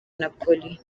napoli